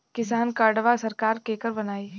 किसान कार्डवा सरकार केकर बनाई?